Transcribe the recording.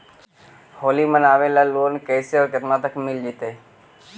होली मनाबे ल लोन कैसे औ केतना तक के मिल जैतै?